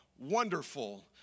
Wonderful